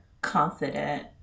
confident